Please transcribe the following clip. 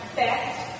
best